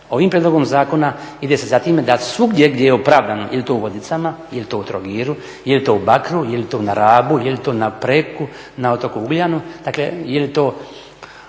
Ovim prijedlogom zakona ide se za time da svugdje gdje je opravdano, je li to u Vodicama, je li to u Trogiru, je li to u Bakru, je li to na Rabu, je li to na Preko na otoku Ugljanu, dakle je li to